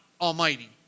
Almighty